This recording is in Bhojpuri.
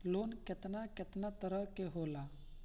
लोन केतना केतना तरह के होला?